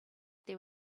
there